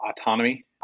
autonomy